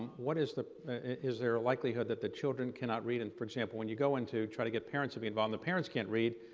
what is the is there a likelihood that the children cannot read? and for example, when you go into try to get parents to be involved and the parents can't read,